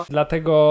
Dlatego